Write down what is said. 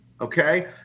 okay